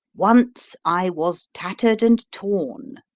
once i was tattered and torn!